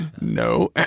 No